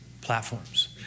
platforms